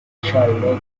shall